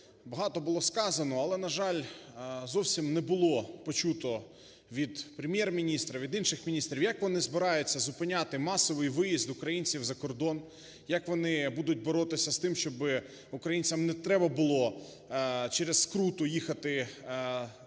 Багато було сказано, але, на жаль, зовсім не було почуто від Прем'єр-міністра, від інших міністрів, як вони збираються зупиняти масовий виїзд українців за кордон. Як вони будуть боротися з тим, щоби українцям не треба було, через скруту, їхати шукати